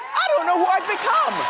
i don't know who i've become.